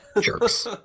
Jerks